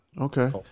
okay